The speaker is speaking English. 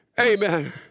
Amen